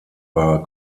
war